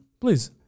please